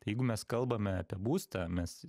jeigu mes kalbame apie būstą mes